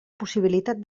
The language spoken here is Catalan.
possibilitat